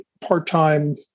part-time